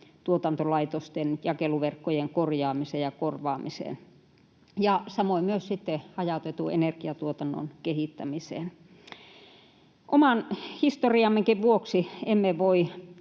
tuotantolaitosten jakeluverkkojen korjaamiseen ja korvaamiseen, samoin myös hajautetun energiatuotannon kehittämiseen. Oman historiammekin vuoksi emme voi